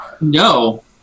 No